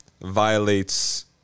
violates